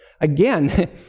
Again